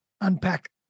unpack